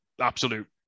absolute